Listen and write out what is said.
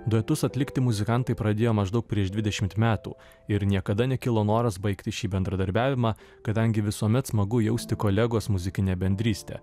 duetus atlikti muzikantai pradėjo maždaug prieš dvidešimt metų ir niekada nekilo noras baigti šį bendradarbiavimą kadangi visuomet smagu jausti kolegos muzikinę bendrystę